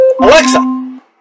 Alexa